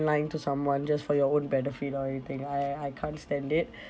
lying to someone just for your own benefit or anything I I can't stand it